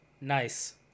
Nice